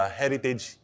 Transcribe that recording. heritage